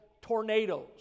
tornadoes